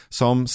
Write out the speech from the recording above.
som